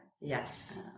Yes